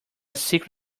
secret